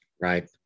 Right